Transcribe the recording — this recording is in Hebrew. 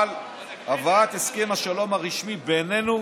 על הבאת הסכם השלום הרשמי בינינו